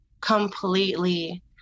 completely